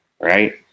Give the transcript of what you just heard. Right